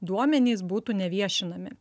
duomenys būtų neviešinami